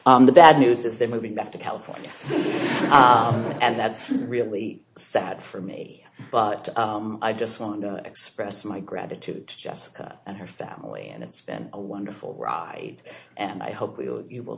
here the bad news is they're moving back to california and that's really sad for me but i just want to express my gratitude to jessica and her family and it's been a wonderful ride and i hope you will